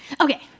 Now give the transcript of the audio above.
Okay